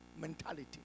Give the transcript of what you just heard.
mentality